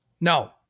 no